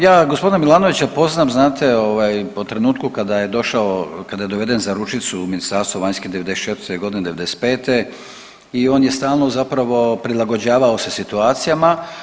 Ja gospodina Milanovića poznam znate ovaj po trenutku kada je došao, kada je doveden za ručicu u Ministarstvo vanjskih '94. godine, '95. i on je stalno zapravo prilagođavao se situacijama.